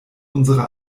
unsere